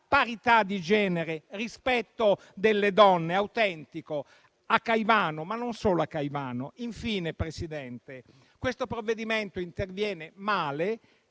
parità di genere, rispetto delle donne, autentico. Tutto ciò a Caivano, ma non solo a Caivano. Infine, Presidente, questo provvedimento interviene male